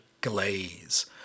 Glaze